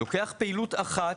לוקח פעילות אחת,